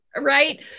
Right